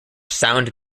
sound